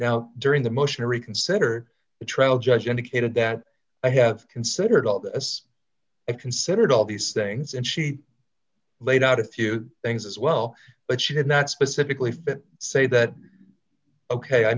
now during the motion to reconsider the trial judge indicated that i have considered all that as i considered all these things and she laid out a few things as well but she did not specifically for say that ok